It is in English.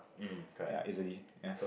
ya easily ya